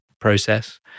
process